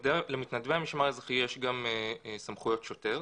למתנדבי המשמר האזרחי יש גם סמכויות שוטר,